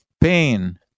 pain